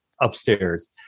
upstairs